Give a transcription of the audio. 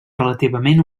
relativament